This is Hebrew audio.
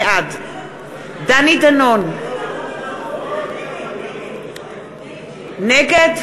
בעד נגד, נגד.